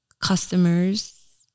customers